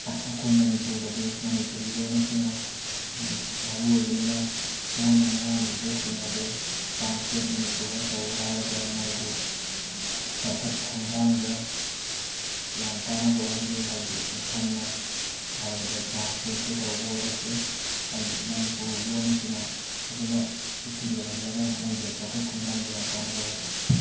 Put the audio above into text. ꯑꯩꯈꯣꯏ ꯃꯅꯤꯄꯨꯔꯗꯗꯤ ꯃꯅꯤꯄꯨꯔꯤ ꯂꯣꯟ ꯑꯁꯤꯅ ꯃꯔꯨꯑꯣꯏꯕꯅꯤꯅ ꯃꯈꯣꯏꯅ ꯉꯥꯡꯅꯔꯤꯕꯁꯤꯡ ꯑꯗꯨ ꯇ꯭ꯔꯥꯟꯁꯂꯦꯠ ꯃꯅꯤꯄꯨꯔꯗ ꯇꯧꯔꯦ ꯍꯥꯏꯔꯒ ꯃꯣꯏꯒꯤ ꯆꯥꯎꯈꯠ ꯈꯣꯡꯊꯥꯡꯗ ꯌꯥꯝ ꯀꯥꯅꯕ ꯑꯣꯏꯍꯜꯂꯤ ꯍꯥꯏꯗꯤ ꯁꯝꯅ ꯍꯥꯏꯔꯕꯗ ꯇ꯭ꯔꯥꯟꯁꯂꯦꯠꯄꯨ ꯇꯧꯕ ꯑꯣꯏꯔꯁꯨ ꯍꯥꯏꯗꯤ ꯃꯅꯤꯄꯨꯔ ꯂꯣꯟ ꯑꯁꯤꯅ ꯑꯗꯨꯃꯛ ꯏꯊꯤꯜ ꯑꯣꯏꯍꯜꯂꯒ ꯃꯈꯣꯏꯗ ꯆꯥꯎꯈꯠ ꯈꯣꯡꯊꯥꯡꯗ ꯌꯥꯝ ꯀꯥꯅꯕ ꯑꯣꯏꯍꯜꯂꯤ